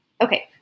Okay